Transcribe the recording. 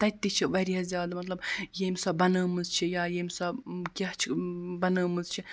تَتہِ تہِ چھِ واریاہ زیادٕ مَطلَب ییٚمۍ سۄ بَنٲومٕژ چھِ یا ییٚمۍ سۄ کیٛاہ چھِ بَنٲومٕژ چھِ